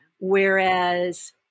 Whereas